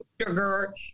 sugar